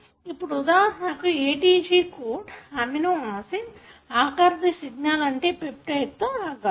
ఇప్పుడు ఉదాహరణకు ATG code amino acid ఆఖరిది సిగ్నల్ అంటే పెప్టిదే లో ఆగాలి